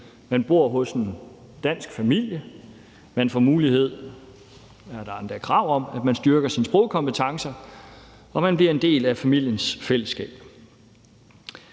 Man bor hos en dansk familie, man får mulighed for – der er endda krav om det – at styrke sine sprogkompetencer, og man bliver en del af familiens fællesskab.